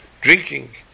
drinking